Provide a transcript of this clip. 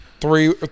three